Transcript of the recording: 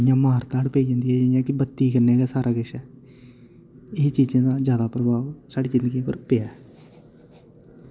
ते इय्यां मार धाड़ पेई जन्दी जियां कि बत्ती कन्नै गै सारा किश ऐ एह् चीजें दा ज्यादा प्रभाव साढ़ी जिंदगी पर पेआ ऐ